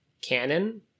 canon